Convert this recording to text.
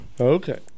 okay